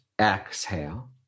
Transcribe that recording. Exhale